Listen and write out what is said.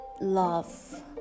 Love